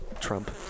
Trump